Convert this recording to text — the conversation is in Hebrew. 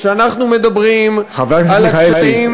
כשאנחנו מדברים על הקשיים,